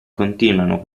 continuano